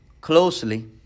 closely